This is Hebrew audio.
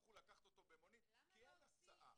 יצטרכו לקחת במונית כי אין הסעה.